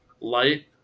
light